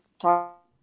talk